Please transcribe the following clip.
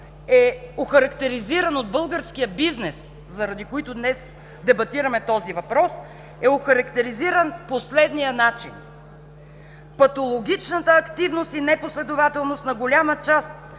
е охарактеризиран от българския бизнес, заради които днес дебатираме този въпрос, по следния начин: „Патологичната активност и непоследователност на голяма част